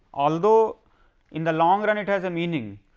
although in the long run it has a meaning,